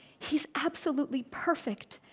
he is absolutely perfect.